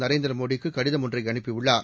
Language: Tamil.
நரேந்திர மோடிக்கு கடிதம் ஒன்றை அனுப்பியுள்ளார்